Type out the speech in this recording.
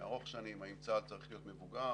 ארוך שנים, האם צה"ל צריך להיות מבוגר?